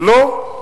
לא.